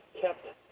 kept